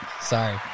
Sorry